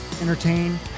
entertain